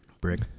brick